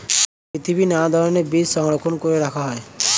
পৃথিবীর নানা ধরণের বীজ সংরক্ষণ করে রাখা হয়